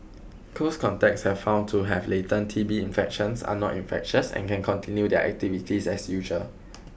close contacts have found to have latent T B infections are not infectious and can continue their activities as usual